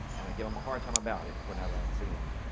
and i gave him a hard time about it, whenever i'd see him.